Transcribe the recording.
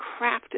crafted